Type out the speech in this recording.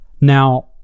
Now